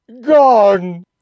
gone